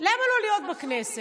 למה לא להיות בכנסת?